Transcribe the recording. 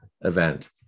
event